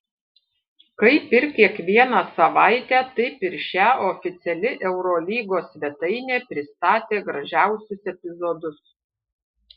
kaip ir kiekvieną savaitę taip ir šią oficiali eurolygos svetainė pristatė gražiausius epizodus